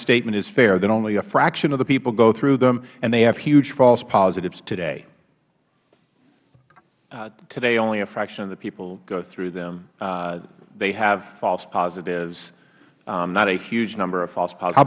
statement is fair that only a fraction of the people go through them and they have huge false positives today mister kane today only a fraction of the people go through them they have false positives not a huge number of false